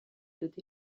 doté